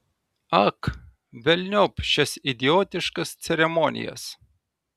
ak velniop šias idiotiškas ceremonijas